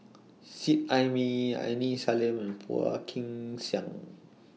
Seet Ai Mee Aini Salim and Phua Kin Siang